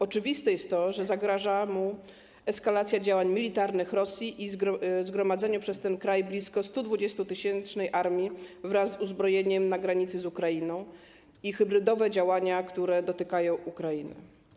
Oczywiste jest to, że zagraża mu eskalacja działań militarnych Rosji i zgromadzeniu przez ten kraj blisko 120-tysięcznej armii wraz z uzbrojeniem na granicy z Ukrainą, i hybrydowe działania, które dotykają Ukrainę.